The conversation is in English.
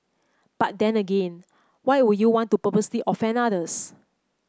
but then again why would you want to purposely offend others